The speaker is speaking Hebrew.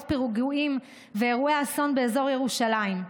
פיגועים ואירועי אסון באזור ירושלים.